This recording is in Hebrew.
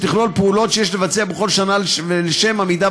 שתכלול פעולות שיש לבצע בכל שנה לשם עמידה